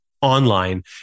online